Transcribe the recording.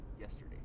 yesterday